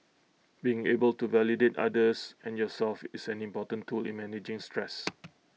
being able to validate others and yourself is an important tool in managing stress